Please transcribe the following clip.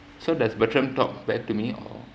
so does bertrand talk back to me or